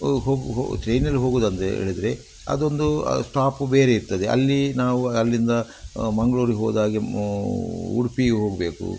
ಹೋಗಿ ಹೋಗಿ ಹೊ ಟ್ರೈನ್ನಲ್ಲಿ ಹೋಗುದಂದ್ರೆ ಹೇಳಿದರೆ ಅದೊಂದು ಆ ಸ್ಟಾಪು ಬೇರೆ ಇರ್ತದೆ ಅಲ್ಲಿ ನಾವು ಅಲ್ಲಿಂದ ಮಂಗ್ಳೂರಿಗೆ ಹೋದಾಗೆ ಉಡ್ಪಿಗೆ ಹೋಗಬೇಕು